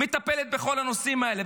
מטפלת בכל הנושאים האלה.